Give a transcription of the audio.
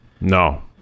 No